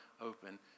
open